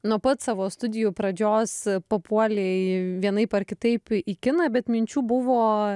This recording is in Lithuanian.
nuo pat savo studijų pradžios papuolei vienaip ar kitaip į kiną bet minčių buvo